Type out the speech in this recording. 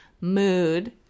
mood